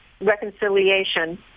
Reconciliation